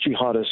jihadists